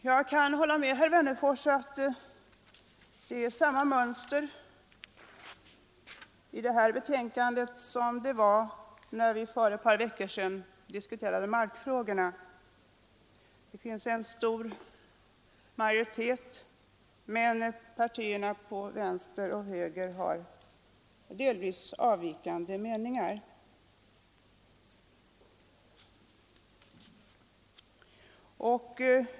Jag kan hålla med herr Wennerfors om att det finns samma mönster i detta betänkande som vi fann när vi för ett par veckor sedan diskuterade markfrågorna. Det finns en stor majoritet, men partierna till vänster och höger har delvis avvikande meningar.